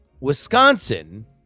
Wisconsin